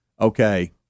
okay